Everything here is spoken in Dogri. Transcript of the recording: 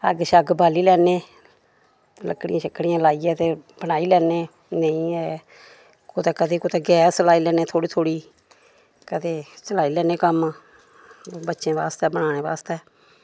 अग्ग शग्ग बाली लैन्ने लक्कड़ियां शक्कड़ियां लाइयै ते बनाई लैन्ने नेईं ऐ कुदै कदें कुदै गैस लाई लैन्ने थोह्ड़ी थोह्ड़ी कदें चलाई लैन्ने कम्म बच्चें बास्तै बनाने बास्तै